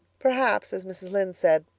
perhaps, as mrs. lynde says,